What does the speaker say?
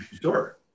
Sure